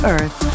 Earth